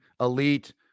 elite